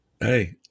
Hey